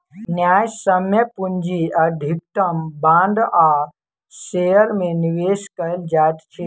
न्यायसम्य पूंजी अधिकतम बांड आ शेयर में निवेश कयल जाइत अछि